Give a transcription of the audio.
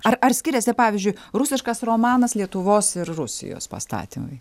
ar ar skiriasi pavyzdžiui rusiškas romanas lietuvos ir rusijos pastatymai